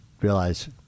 realize